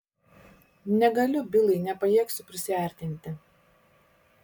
negaliu bilai nepajėgsiu prisiartinti